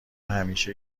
همیشه